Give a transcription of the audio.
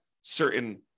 certain